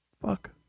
fuck